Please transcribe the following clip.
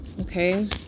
Okay